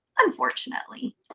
unfortunately